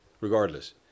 regardless